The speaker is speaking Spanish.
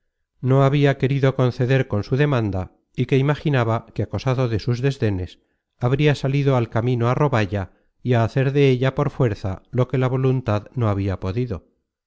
no habia querido conceder con su demanda y que imaginaba que acosado de sus desdenes habria salido al camino á roballa y hacer de ella por fuerza lo que la voluntad no habia podido